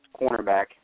cornerback